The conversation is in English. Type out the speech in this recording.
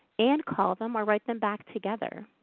and call them or write them back together.